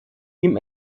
ihm